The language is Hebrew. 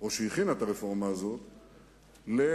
שהכינה את הרפורמה הזאת לשינויים,